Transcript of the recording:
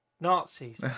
Nazis